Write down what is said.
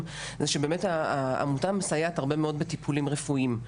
זה שבאמת העמותה מסייעת הרבה מאוד בטיפולים רפואיים,